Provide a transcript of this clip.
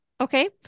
Okay